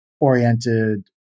oriented